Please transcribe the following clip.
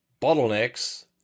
bottlenecks